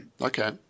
Okay